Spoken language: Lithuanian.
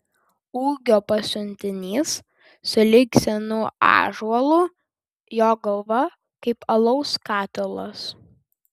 ūgio pasiuntinys sulig senu ąžuolu jo galva kaip alaus katilas